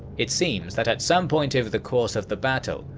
it seems that at some point over the course of the battle,